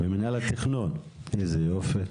איזה יופי,